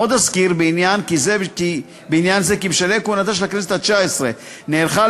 עוד אזכיר בעניין זה כי בשלהי כהונתה של הכנסת התשע-עשרה נערכה,